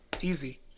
Easy